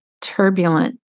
turbulent